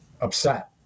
upset